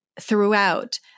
throughout